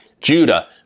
Judah